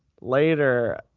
later